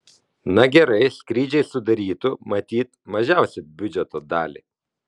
na gerai skrydžiai sudarytų matyt mažiausią biudžeto dalį